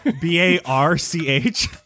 B-A-R-C-H